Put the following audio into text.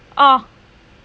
oh